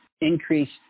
increased